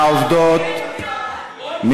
והעובדות,